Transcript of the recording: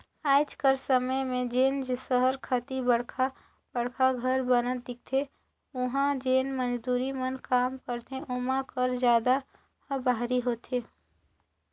आएज कर समे में जेन सहर कती बड़खा बड़खा घर बनत दिखथें उहां जेन मजदूर मन काम करथे ओमा कर जादा ह बाहिरी होथे